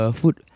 food